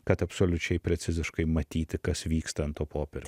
kad absoliučiai preciziškai matyti kas vyksta ant to popierio